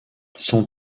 son